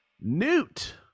newt